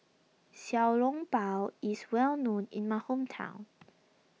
Xiao Long Bao is well known in my hometown